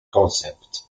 concept